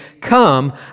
come